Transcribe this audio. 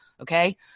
Okay